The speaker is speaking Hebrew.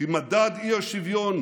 כי מדד האי-שוויון,